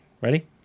ready